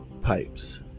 pipes